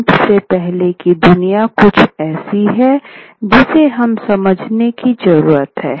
print से पहले की दुनिया कुछ ऐसी है जिसे हमें समझने की जरूरत है